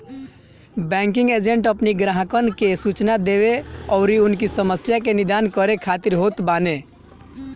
banking agent अपनी ग्राहकन के सूचना देवे अउरी उनकी समस्या के निदान करे खातिर होत बाने